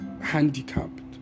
handicapped